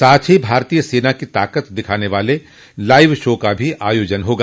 साथ ही भारतीय सेना की ताकत दिखाने वाले लाइव शो का भी आयोजन किया जायेगा